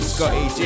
Scotty